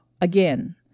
again